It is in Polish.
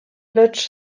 lecz